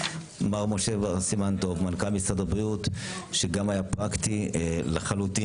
מר משה בר סימן טוב מנכ"ל משרד הבריאות שגם היה פרקטי לחלוטין,